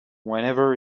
whenever